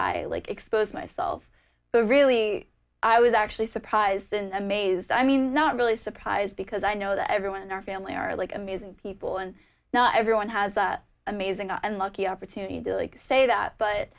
i like expose myself but really i was actually surprised and amazed i mean not really surprised because i know that everyone in our family are like amazing people and not everyone has amazing and lucky opportunity to say that but